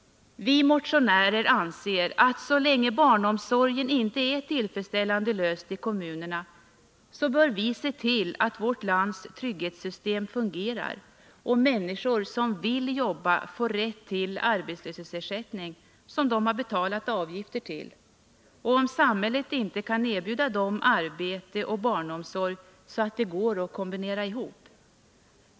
Vi motionärer anser att så länge barnomsorgen inte är tillfredsställande löst i kommunerna bör vi se till att vårt trygghetssystem fungerar och att människor som vill jobba får rätt till arbetslöshetsersättning som de har betalat avgifter för, om samhället inte kan erbjuda dem arbete och barnomsorg så att de går att kombinera ihop.